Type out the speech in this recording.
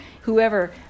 whoever